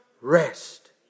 rest